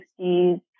1960s